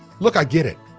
look, i get it,